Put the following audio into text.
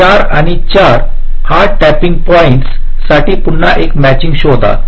या 4 आणि 4 8 tapping points साठी पुन्हा एक मॅचिंग शोधा